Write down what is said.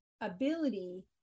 ability